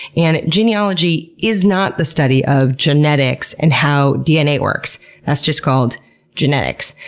and genealogy is not the study of genetics and how dna works that's just called genetics.